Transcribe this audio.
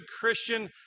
Christian